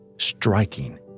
striking